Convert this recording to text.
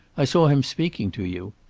i saw him speaking to you.